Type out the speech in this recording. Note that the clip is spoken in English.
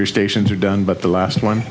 you stations are done but the last one